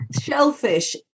shellfish